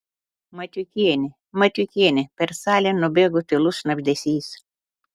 matiukienė matiukienė per salę nubėgo tylus šnabždesys